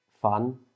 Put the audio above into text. fun